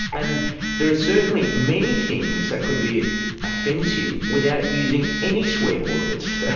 and there are certainly many things that could be offensive without using any swear words,